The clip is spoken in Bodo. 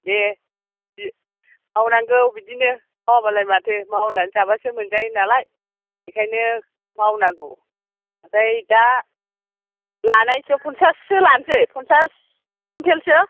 दे मावनांगौ बिदिनो मावाब्लालाय माथो मावनानै जाब्लासो मोनजायोनालाय बेखायनो मावनांगौ ओमफ्राय दा लानायसो पन्साससो लानोसै पन्सास कुन्टेलसो